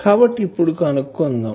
కాబట్టి ఇప్పుడు కనుక్కుందాం